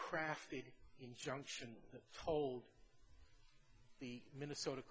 crafty injunction told the minnesota